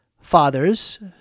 fathers